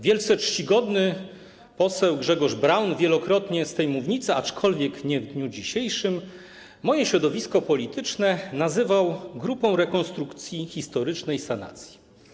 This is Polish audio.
Wielce czcigodny poseł Grzegorz Braun wielokrotnie z tej mównicy, aczkolwiek nie w dniu dzisiejszym, moje środowisko polityczne nazywał grupą rekonstrukcji historycznej sanacji.